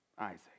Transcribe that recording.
Isaac